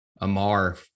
Amar